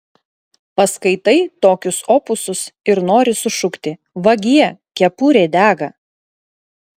paskaitai tokius opusus ir nori sušukti vagie kepurė dega